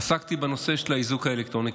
עסקתי בנושא של האיזוק האלקטרוני.